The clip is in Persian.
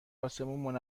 آسمون